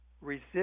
resist